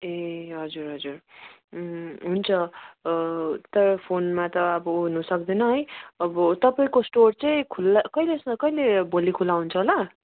ए हजुर हजुर हुन्छ तर फोनमा त अब हुनु सक्दैन है अब तपाईँको स्टोर चाहिँ खुल्ला कहिले कहिले भोलि खुल्ला हुन्छ होला